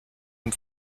dem